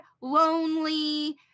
lonely